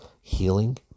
healing